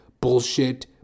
bullshit